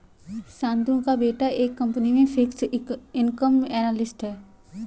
शांतनु का बेटा एक कंपनी में फिक्स्ड इनकम एनालिस्ट है